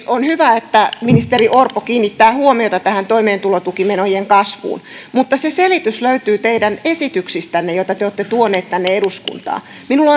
on hyvä että ministeri orpo kiinnittää huomiota tähän toimeentulotukimenojen kasvuun mutta se selitys löytyy teidän esityksistänne joita te olette tuoneet tänne eduskuntaan minulla